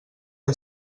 que